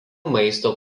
maisto